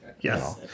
Yes